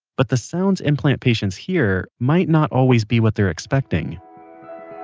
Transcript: but the sounds implant patients hear might not always be what they're expecting